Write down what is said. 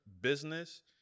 business